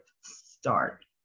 start